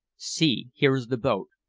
see, here is the boat.